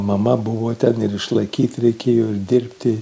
mama buvo ten ir išlaikyt reikėjo dirbti